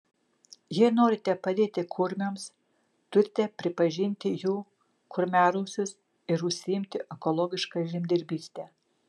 jei norite padėti kurmiams turite pripažinti jų kurmiarausius ir užsiimti ekologiška žemdirbyste